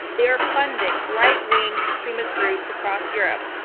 they're funding right-wing extremist groups across europe.